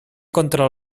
contra